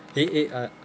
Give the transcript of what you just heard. the eight ah